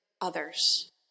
others